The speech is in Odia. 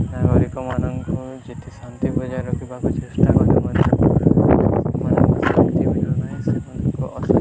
ନାଗରିକମାନଙ୍କୁ ଯେତେ ଶାନ୍ତି ବଜାୟ ରଖିବାକୁ ଚେଷ୍ଟା କଲେ ମଧ୍ୟ ସେମମାନଙ୍କୁ ଶାନ୍ତି ମିଳୁନାହିଁ ସେମାନଙ୍କୁ